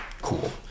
cool